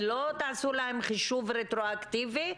לא תעשו להם חישוב רטרו-אקטיבי?